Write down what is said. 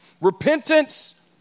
Repentance